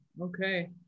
okay